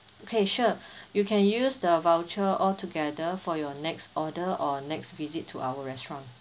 okay sure you can use the voucher altogether for your next order or next visit to our restaurant